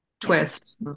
twist